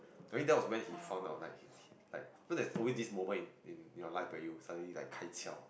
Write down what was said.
maybe that was when he found out like like so there is always this moment in in your life when you suddenly like kai qiao